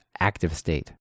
ActiveState